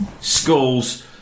schools